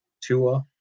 Tua